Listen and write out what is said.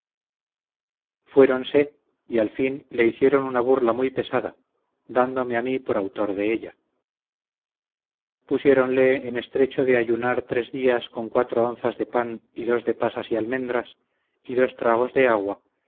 fueronse y al fin le hicieron una burla muy pesada dándome a mí por autor de ella pusieronle en estrecho de ayunar tres días con cuatro onzas de pan y dos de pasas y almendras y dos tragos de agua